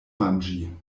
manĝi